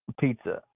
Pizza